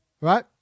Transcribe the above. Right